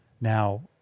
now